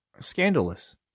scandalous